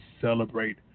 celebrate